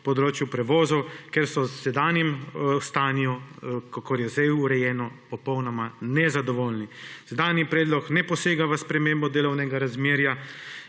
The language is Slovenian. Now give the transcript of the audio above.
področju prevozov, ker so s sedanjem stanjem, kakor je sedaj urejeno, popolnoma nezadovoljni. Sedanji predlog ne posega v spremembo delovnega razmerja